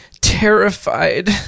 terrified